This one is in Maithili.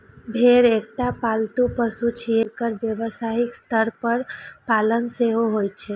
भेड़ एकटा पालतू पशु छियै, जेकर व्यावसायिक स्तर पर पालन सेहो होइ छै